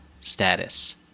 status